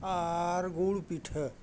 ᱟᱨ ᱜᱩᱲ ᱯᱤᱴᱷᱟᱹ